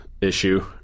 issue